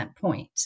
point